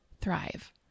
thrive